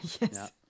yes